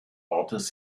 ortes